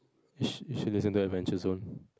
you sh~ should listen to adventure zone